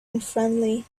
unfriendly